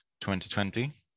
2020